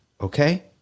okay